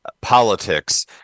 politics